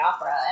Opera